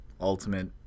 Ultimate